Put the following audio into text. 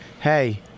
hey